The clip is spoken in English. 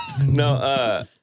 No